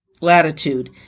latitude